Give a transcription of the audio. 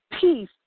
Peace